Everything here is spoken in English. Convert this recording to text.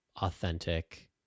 authentic